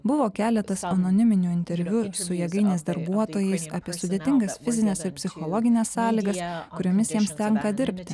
buvo keletas anoniminių interviu su jėgainės darbuotojais apie sudėtingas fizines ir psichologines sąlygas kuriomis jiems tenka dirbti